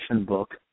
book